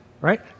Right